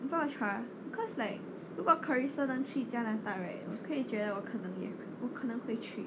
你帮我查 cause like 如果 carissa 能去加拿大我可以觉得我可能也我可能会去